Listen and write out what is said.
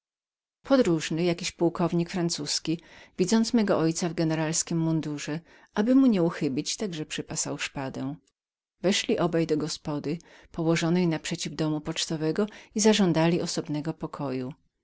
podróżny jakiś pułkownik francuzki widząc mego ojca w generalskim mundurze aby mu nieuchybić także przypasał szpadę weszli oba do gospody położonej naprzeciw domu pocztowego i zażądali osobnego pokoju